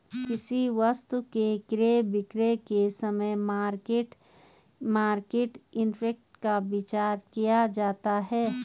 किसी वस्तु के क्रय विक्रय के समय मार्केट इंपैक्ट का विचार किया जाता है